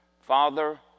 Father